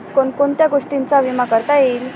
कोण कोणत्या गोष्टींचा विमा करता येईल?